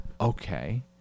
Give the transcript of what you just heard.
Okay